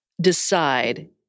decide